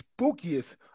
spookiest